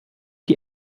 die